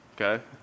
Okay